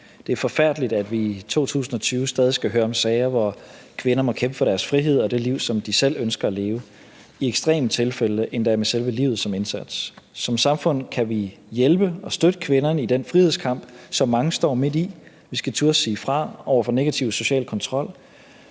Det er forfærdeligt, at vi i 2020 stadig skal høre om sager, hvor kvinder må kæmpe for deres frihed og det liv, som de selv ønsker at leve, i ekstreme tilfælde endda med selve livet som indsats. Som samfund kan vi hjælpe og støtte kvinderne i den frihedskamp, som mange står midt i. Vi skal turde sige fra over for negativ social kontrol.